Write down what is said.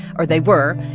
or they were,